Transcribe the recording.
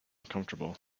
comfortable